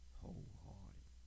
wholehearted